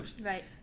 Right